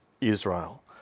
Israel